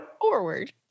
forward